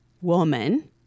woman